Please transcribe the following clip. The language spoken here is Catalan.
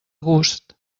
gust